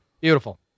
Beautiful